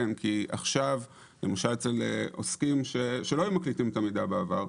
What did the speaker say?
כי למשל אצל עוסקים שלא היו מקליטים את השיחה בעבר,